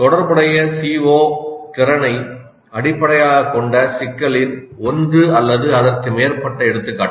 தொடர்புடைய CO திறனை அடிப்படையாகக் கொண்ட சிக்கலின் ஒன்று அல்லது அதற்கு மேற்பட்ட எடுத்துக்காட்டுகள்